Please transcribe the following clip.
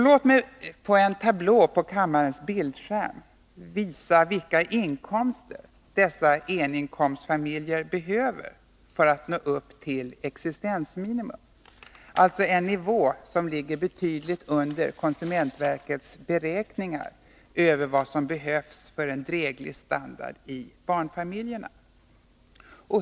Låt mig på en tablå på kammarens bildskärm visa vilka inkomster dessa eninkomstfamiljer behöver för att nå upp till existensminimum, en nivå som ligger betydligt under konsumentverkets beräkningar över vad som behövs för en dräglig standard i barnfamiljerna.